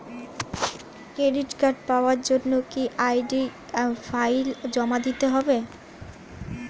Credit card পাওয়ার জন্য কি আই.ডি ফাইল জমা দিতে হবে?